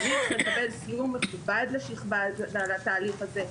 צריך לקבל סיום מכובד לתהליך הזה.